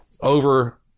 over